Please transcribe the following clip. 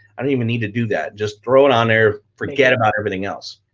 i don't even need to do that, just throw it on there, forget about everything else.